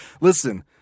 Listen